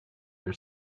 your